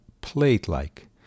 plate-like